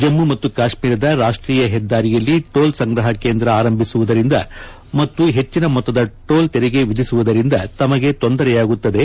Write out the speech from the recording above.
ಜಮ್ಮು ಮತ್ತು ಕಾಶ್ಮೀರದ ರಾಷ್ಟೀಯ ಹೆದ್ದಾರಿಯಲ್ಲಿ ಟೋಲ್ ಸಂಗ್ರಹ ಕೇಂದ್ರ ಆರಂಭಿಸುವುದರಿಂದ ಮತ್ತು ಹೆಚ್ಚಿನ ಮೊತ್ತದ ಟೋಲ್ ತೆರಿಗೆ ವಿಧಿಸುವುದರಿಂದ ತಮಗೆ ತೊಂದರೆಯಾಗುತ್ತದೆ